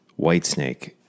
Whitesnake